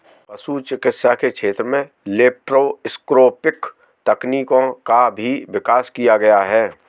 पशु चिकित्सा के क्षेत्र में लैप्रोस्कोपिक तकनीकों का भी विकास किया गया है